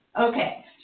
Okay